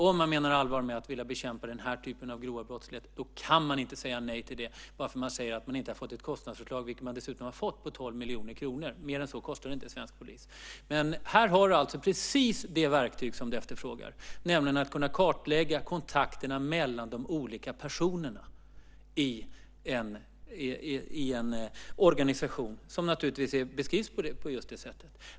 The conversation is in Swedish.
Om man menar allvar med att vilja bekämpa den här typen av grov brottslighet så kan man inte säga nej till det bara för att man säger att man inte har fått något kostnadsförslag - vilket man dessutom har fått, och det är på 12 miljoner kronor. Mer än så kostar inte svensk polis. Här har du alltså precis det verktyg som du efterfrågar, nämligen att kunna kartlägga kontakterna mellan de olika personerna i en organisation, som beskrivs på just det sättet.